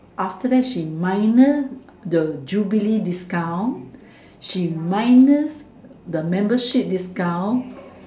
after that she minus the Jubilee discount she minus the membership discount